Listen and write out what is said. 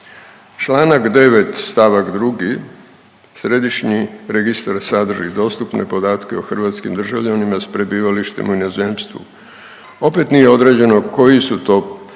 Čl. 9 st. 2, Središnji registar sadrži dostupne podatke o hrvatskim državljanima s prebivalištem u inozemstvu. Opet nije određeno koji su to dostupni